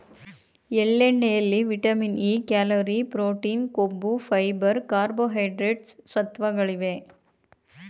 ಎಳ್ಳೆಣ್ಣೆಯಲ್ಲಿ vitamin E, calorie, protein, ಕೊಬ್ಬು, fibre, carbohydrates ಸತ್ವಗಳಿವೆ